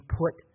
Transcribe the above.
put